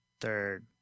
third